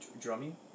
drumming